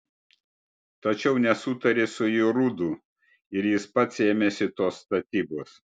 tačiau nesutarė su jorudu ir jis pats ėmėsi tos statybos